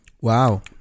Wow